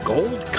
Gold